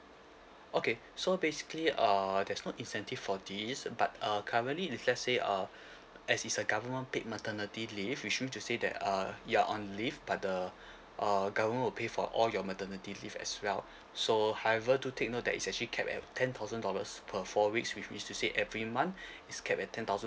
okay so basically err there's no incentive for this but uh currently if let say uh as is a government paid maternity leave which mean to say that uh you're on leave but the uh government will pay for all your maternity leave as well so however to take note that is actually capped at ten thousand dollars per four weeks which means to say every month it's capped at ten thousand